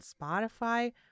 Spotify